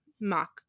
mock